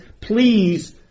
please